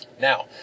Now